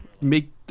make